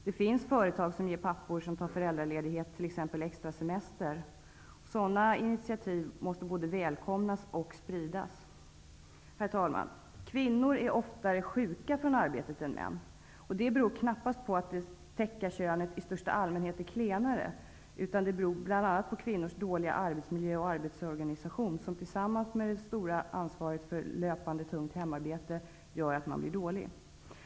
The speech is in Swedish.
Det finns företag som ger pappor som tar föräldraledighet extra semester. Sådana initiativ måste både välkomnas och spridas. Herr talman! Kvinnor är oftare sjuka från arbetet än män. Det beror knappast på att det täcka könet i största allmänhet är klenare, utan beror bl.a. på kvinnors dåliga arbetsmiljö och arbetsorganisation. Kombinationen av detta och ansvaret för det löpande, tunga hemarbetet bidrar till att man blir sjuk.